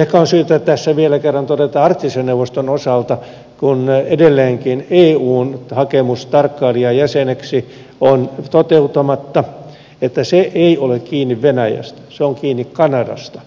ehkä on syytä tässä vielä kerran todeta arktisen neuvoston osalta kun edelleenkin eun hakemus tarkkailijajäseneksi on toteuttamatta että se ei ole kiinni venäjästä se on kiinni kanadasta